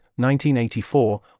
1984